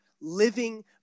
living